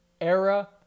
era